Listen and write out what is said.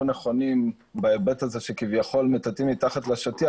נכונים בהיבט הזה שכביכול מטאטים מתחת לשטיח,